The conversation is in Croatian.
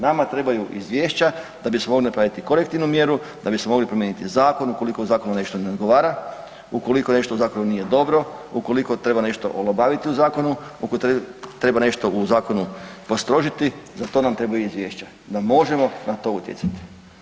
Nama trebaju izvješća da bismo mogli napraviti korektivnu mjeru, da bismo mogli promijeniti zakon ukoliko u zakonu nešto ne odgovara, ukoliko nešto u zakonu nije dobro, ukoliko treba nešto olabaviti u zakonu, ako treba nešto u zakonu postrožiti, za to nam trebaju izvješća, da možemo na to utjecati.